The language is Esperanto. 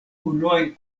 unuajn